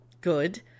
good